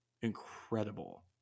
incredible